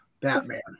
Batman